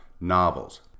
novels